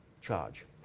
charge